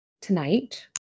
tonight